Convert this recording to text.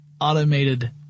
automated